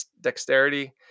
dexterity